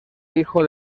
hijo